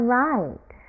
right